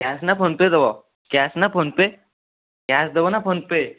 cash ନା PhonePe ଦେବ cash ନା ଫୋନ୍ ପେ କ୍ୟାସ୍ ଦେବନା ଫୋନ୍ ପେ